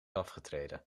afgetreden